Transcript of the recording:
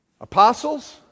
Apostles